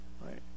right